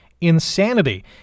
Insanity